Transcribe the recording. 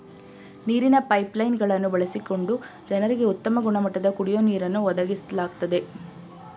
ನೀರಿನ pipeline ಗಳನ್ನು ಬಳಸಿಕೊಂಡು ಜನರಿಗೆ ಉತ್ತಮ ಗುಣಮಟ್ಟದ ಕುಡಿಯೋ ನೀರನ್ನು ಒದಗಿಸ್ಲಾಗ್ತದೆ